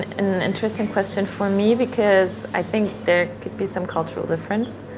an interesting question for me because i think there could be some cultural difference.